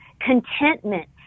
contentment